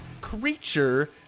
creature